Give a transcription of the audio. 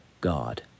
God